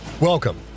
Welcome